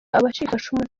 abacikacumu